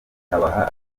ikabaha